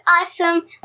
awesome